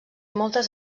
moltes